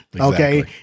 Okay